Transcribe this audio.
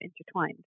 intertwined